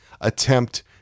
attempt